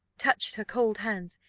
touched her cold hands,